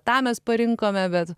tą mes parinkome bet